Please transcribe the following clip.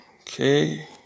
Okay